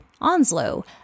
Onslow